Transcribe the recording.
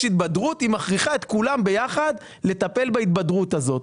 התבדרות היא מכריחה את כולם ביחד לטפל בהתבדרות הזאת.